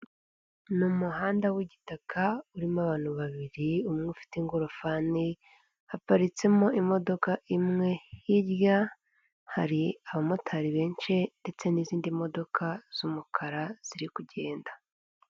Ni umuhanda w'igitaka urimo abantu babiri umwe ufite ingorofani, haparitsemo imodoka imwe hirya hari abamotari benshi ndetse n'izindi modoka z'umukara ziri kugenda.